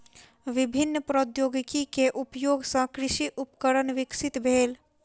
विभिन्न प्रौद्योगिकी के उपयोग सॅ कृषि उपकरण विकसित भेल